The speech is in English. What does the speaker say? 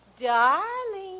Darling